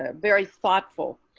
ah very thoughtful,